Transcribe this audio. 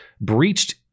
breached